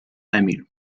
emil